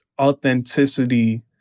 authenticity